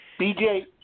BJ